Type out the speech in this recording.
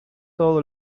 todo